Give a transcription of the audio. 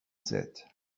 said